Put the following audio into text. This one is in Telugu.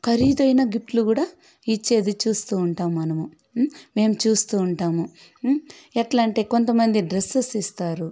ఖరీదైన గిఫ్ట్లు కూడా ఇచ్చేది చూస్తూ ఉంటాము మనము మేము చూస్తూ ఉంటాము ఎట్లా అంటే కొంతమంది డ్రెస్సెస్ ఇస్తారు